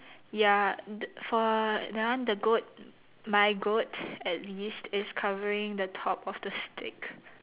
ya the for that one the goat my goats at least is covering the top of the stick